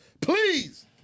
Please